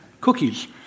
cookies